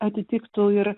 atitiktų ir